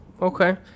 Okay